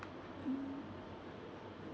mm